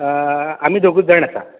आमी दोगूच जाण आसा